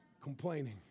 Complaining